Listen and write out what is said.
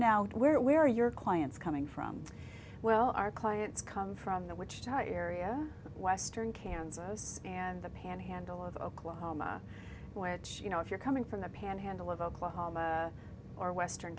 now where where your clients coming from well our clients come from that which tie area western kansas and the panhandle of oklahoma which you know if you're coming from the panhandle of oklahoma or western